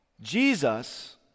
Jesus